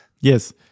Yes